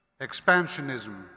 expansionism